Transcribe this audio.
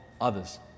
others